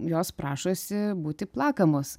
jos prašosi būti plakamos